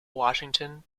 washington